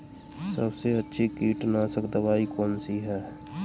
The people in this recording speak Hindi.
सबसे अच्छी कीटनाशक दवाई कौन सी है?